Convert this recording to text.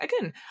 again